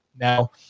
now